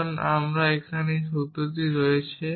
কারণ আমার এখানে এই সত্যটি রয়েছে